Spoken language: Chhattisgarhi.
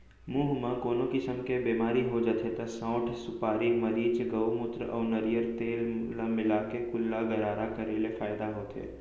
मुंह म कोनो किसम के बेमारी हो जाथे त सौंठ, सुपारी, मरीच, गउमूत्र अउ नरियर तेल ल मिलाके कुल्ला गरारा करे ले फायदा होथे